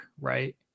right